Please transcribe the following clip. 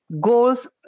goals